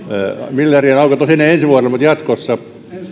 miljardien aukot on siinä ensi vuonna mutta jatkossa